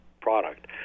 product